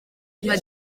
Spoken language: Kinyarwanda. nka